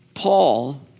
Paul